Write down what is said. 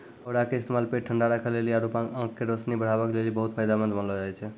औरा के इस्तेमाल पेट ठंडा राखै लेली आरु आंख के रोशनी बढ़ाबै लेली बहुते फायदामंद मानलो जाय छै